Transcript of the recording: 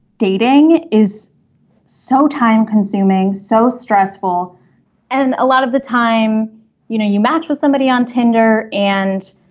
dating is so time consuming so stressful and a lot of the time you know you match with somebody on tinder and